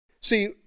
See